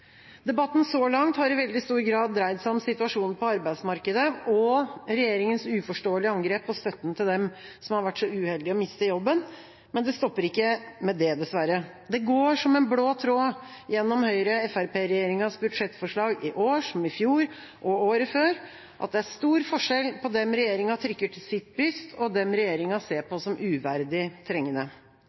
Debatten så langt har i veldig stor grad dreid seg om situasjonen på arbeidsmarkedet og regjeringas uforståelige angrep på støtten til dem som har vært så uheldige å miste jobben. Men det stopper dessverre ikke med det. Det går som en blå tråd gjennom Høyre–Fremskrittsparti-regjeringas budsjettforslag i år som i fjor – og året før – at det er stor forskjell på dem regjeringa trykker til sitt bryst, og dem regjeringa ser på som uverdig trengende.